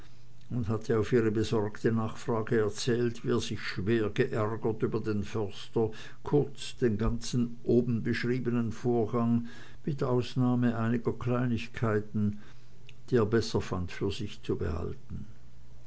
und hatte auf ihre besorgte nachfrage erzählt wie er sich schwer geärgert über den förster kurz den ganzen eben beschriebenen vorgang mit ausnahme einiger kleinigkeiten die er besser fand für sich zu behalten